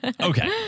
Okay